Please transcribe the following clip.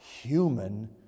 human